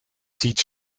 sieht